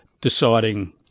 deciding